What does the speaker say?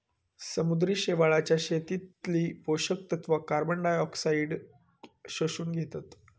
समुद्री शेवाळाच्या शेतीतली पोषक तत्वा कार्बनडायऑक्साईडाक शोषून घेतत